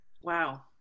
wow